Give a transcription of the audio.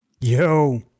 Yo